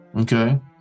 Okay